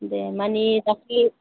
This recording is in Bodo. दे मानि दाख्लि